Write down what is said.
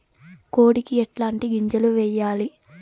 కోడికి ఎట్లాంటి గింజలు వేయాలి?